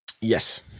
Yes